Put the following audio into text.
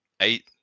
eight